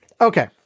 Okay